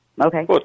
Okay